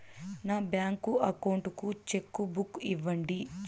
నా bank account కు cheque book ఇవ్వండి